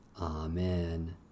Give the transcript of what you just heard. Amen